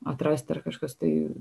atrasti ar kažkas tai